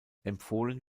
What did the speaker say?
empfohlen